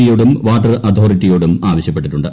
B യോടും water അതോറിട്ടിയോടും ആവശ്യപ്പെട്ടിട്ടുണ്ട്